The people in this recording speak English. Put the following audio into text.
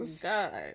God